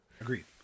Agreed